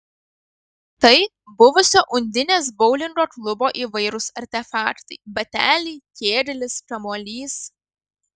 tai buvusio undinės boulingo klubo įvairūs artefaktai bateliai kėglis kamuolys